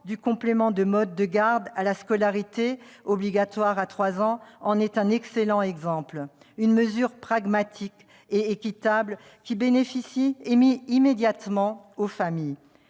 du complément de mode de garde à la scolarité obligatoire à 3 ans en est un excellent exemple. Cette mesure pragmatique et équitable bénéficie immédiatement aux familles.